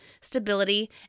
stability